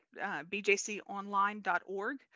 bjconline.org